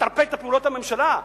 לטרפד את פעולות הממשלה?